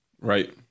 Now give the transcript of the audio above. Right